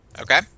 Okay